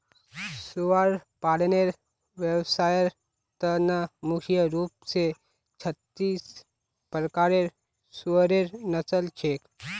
सुअर पालनेर व्यवसायर त न मुख्य रूप स छत्तीस प्रकारेर सुअरेर नस्ल छेक